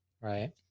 Right